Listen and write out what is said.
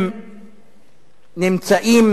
הם נמצאים